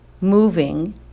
moving